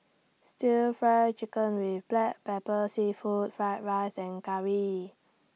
Stir Fry Chicken with Black Pepper Seafood Fried Rice and Curry